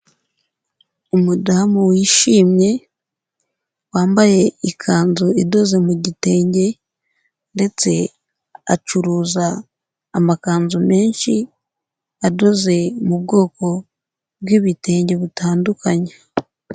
Umudamu wishimye wambaye ikanzu idoze mu gitenge, ndetse acuruza amakanzu menshi adoze mu bwoko bw'ibitenge butandukanye.